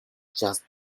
just